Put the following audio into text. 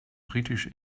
britisch